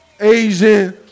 Asian